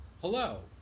hello